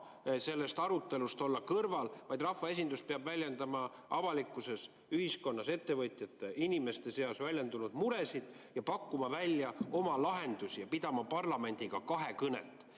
jääda arutelust kõrvale, vaid rahvaesindus peab väljendama avalikkuses, ühiskonnas, ettevõtjate ja inimeste seas väljendatud muresid, pakkuma välja oma lahendusi ning pidama parlamendiga kahekõnet.